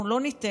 אנחנו לא ניתן.